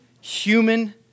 human